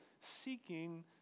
seeking